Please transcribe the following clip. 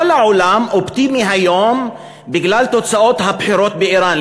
כל העולם אופטימי היום בגלל תוצאות הבחירות באיראן,